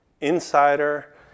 insider